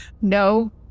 No